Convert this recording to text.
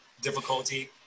difficulty